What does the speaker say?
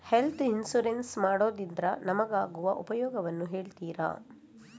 Health insurance ಮಾಡೋದ್ರಿಂದ ನಮಗಾಗುವ ಉಪಯೋಗವನ್ನು ಹೇಳ್ತೀರಾ?